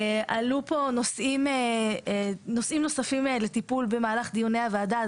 עלו פה נושאים נוספים לטיפול במהלך דיוני הוועדה.